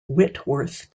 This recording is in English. whitworth